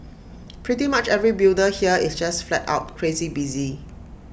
pretty much every builder here is just flat out crazy busy